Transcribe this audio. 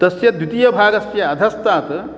तस्य द्वितीयभागस्य अधस्तात्